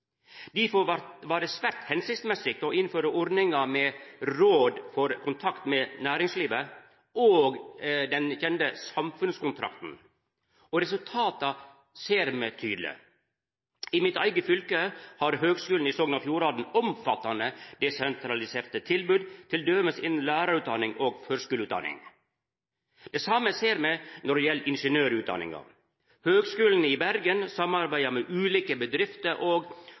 Difor var det svært føremålstenleg å innføra ordninga med rådet for kontakt med næringslivet og den kjende Samfunnskontrakten. Resultata ser me tydeleg. I mitt eige fylke har Høgskulen i Sogn og Fjordane omfattande desentraliserte tilbod, t.d. innan lærarutdanning og førskuleutdanning. Det same ser me når det gjeld ingeniørutdanninga. Høgskolen i Bergen samarbeider med ulike bedrifter og